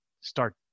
start